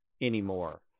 anymore